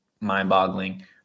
mind-boggling